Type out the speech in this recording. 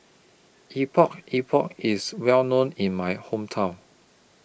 Epok Epok IS Well known in My Hometown